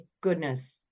goodness